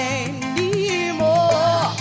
anymore